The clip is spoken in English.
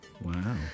Wow